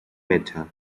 better